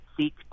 seek